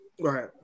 Right